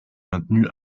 maintenu